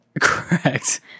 Correct